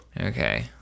Okay